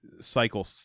cycle